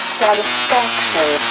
satisfaction